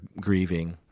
grieving